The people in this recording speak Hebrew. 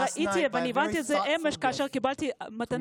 הבנתי את זה אמש כאשר קיבלתי מתנה